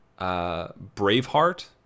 Braveheart